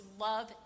love